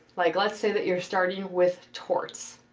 like let's say that you're starting with torts.